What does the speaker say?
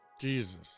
jesus